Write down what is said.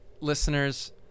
listeners